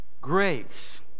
grace